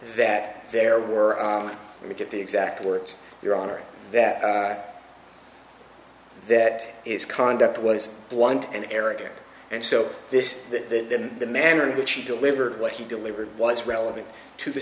that there were we get the exact words your honor that that is conduct was blunt and arrogant and so this that the manner in which he delivered what he delivered was relevant to the